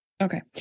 Okay